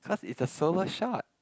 cause it's a solo shot